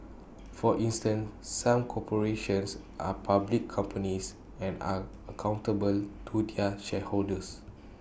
for instance some corporations are public companies and are accountable to their shareholders